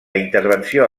intervenció